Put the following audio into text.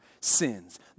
sins